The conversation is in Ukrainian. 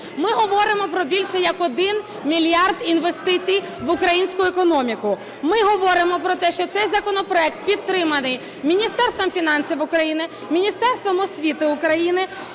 Ми говоримо про більше як один мільярд інвестицій в українську економіку. Ми говоримо про те, що цей законопроект підтриманий Міністерством фінансів України, Міністерством освіти України.